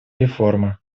реформы